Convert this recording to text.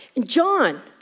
John